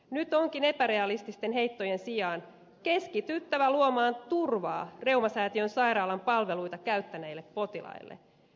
nyt onkin epärealististen heittojen sijaan keskityttävä luomaan turvaa reumasäätiön sairaalan palveluita käyttäneille potilaille